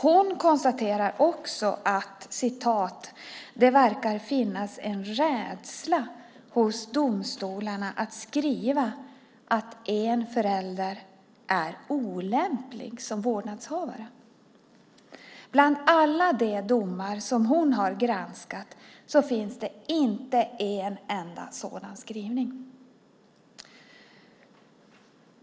Hon konstaterar också att det verkar finnas en rädsla hos domstolarna att skriva att en förälder är olämplig som vårdnadshavare. Bland alla domar som hon har granskat finns det inte en enda sådan skrivning.